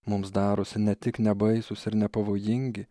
mums darosi ne tik nebaisūs ir nepavojingi